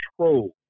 control